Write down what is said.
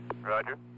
Roger